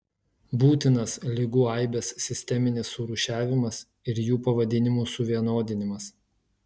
būtinas ligų aibės sisteminis surūšiavimas ir jų pavadinimų suvienodinimas